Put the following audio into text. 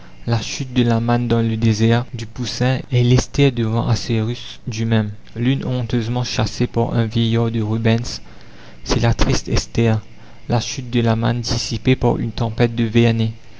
la chute de la manne dans le désert du poussin et l'esther devant assuérus du même l'une honteusement chassée par un vieillard de rubens c'est la triste esther la chute de la manne dissipée par une tempête de vernet